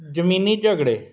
ਜ਼ਮੀਨੀ ਝਗੜੇ